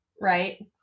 right